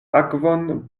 akvon